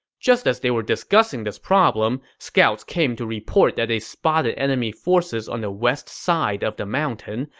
just as they were discussing this problem, scouts came to report that they spotted enemy forces on the west side of the mountain,